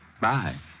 Bye